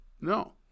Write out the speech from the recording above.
No